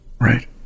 Right